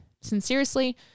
Sincerely